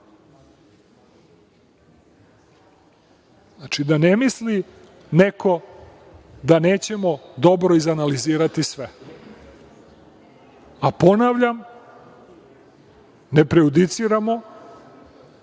slično? Znači, da ne misli neko da nećemo dobro izanalizirati sve. Ponavljam, ne prejudiciramo